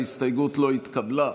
ההסתייגות לא התקבלה.